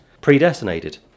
predestinated